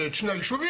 זה את שני היישובים,